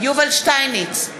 יובל שטייניץ,